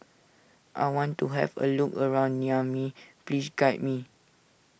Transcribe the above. I want to have a look around Niamey please guide me